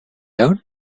down